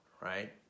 right